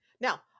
now